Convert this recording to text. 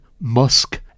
Musk